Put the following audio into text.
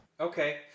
Okay